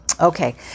okay